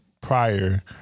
prior